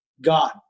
God